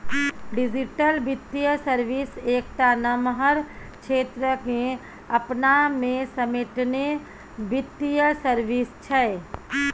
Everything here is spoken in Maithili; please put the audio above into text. डिजीटल बित्तीय सर्विस एकटा नमहर क्षेत्र केँ अपना मे समेटने बित्तीय सर्विस छै